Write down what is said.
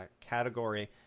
category